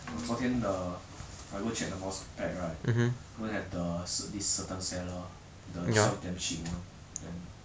昨天 the I go check the mouse pad right don't have the cer~ this certain seller the sell damn cheap [one] then